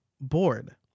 bored